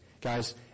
Guys